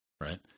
right